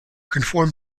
conform